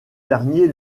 dernier